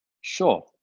Sure